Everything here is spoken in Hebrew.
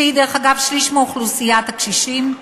שהיא אגב שליש מאוכלוסיית הקשישים,